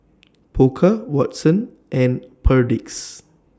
Pokka Watsons and Perdix